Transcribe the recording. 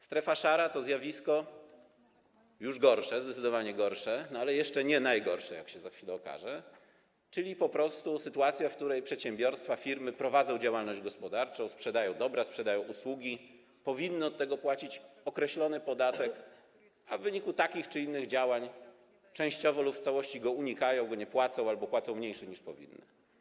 Strefa szara to zjawisko zdecydowanie gorsze, ale jeszcze nie najgorsze, jak się za chwilę okaże, czyli po prostu sytuacja, w której przedsiębiorstwa, firmy prowadzą działalność gospodarczą, sprzedają dobra, sprzedają usługi, powinny od tego płacić określony podatek, a w wyniku takich czy innych działań częściowo lub w całości go unikają, nie płacą go albo płacą mniejszy niż powinny.